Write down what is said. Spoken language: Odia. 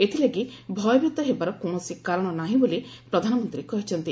ଏଥିଲାଗି ଭୟଭୀତ ହେବାର କୌଣସି କାରଣ ନାହିଁ ବୋଲି ପ୍ରଧାନମନ୍ତ୍ରୀ କହିଛନ୍ତି